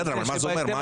בסדר, אבל מה התקדימים?